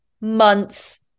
months